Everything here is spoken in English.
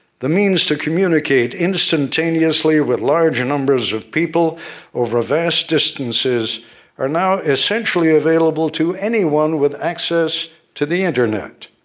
the means to communicate instantaneously with large numbers of people over vast distances are now, essentially, available to anyone with access to the internet.